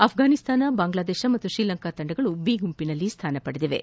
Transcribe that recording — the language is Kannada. ಅಫ್ರಾನಿಸ್ತಾನ ಬಾಂಗ್ಲಾದೇಶ ಮತ್ತು ಶ್ರೀಲಂಕಾ ತಂಡಗಳು ಬಿ ಗುಂಪಿನಲ್ಲಿ ಸ್ವಾನ ಪಡೆದಿವೆ